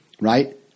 Right